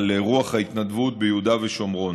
רוח ההתנדבות ביהודה ושומרון.